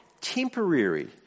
temporary